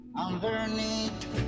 underneath